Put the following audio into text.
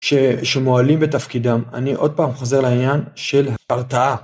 ש..שמועלים בתפקידם, אני עוד פעם חוזר לעניין של ההרתעה.